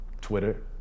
Twitter